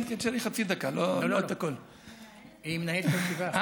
היא מנהלת הישיבה.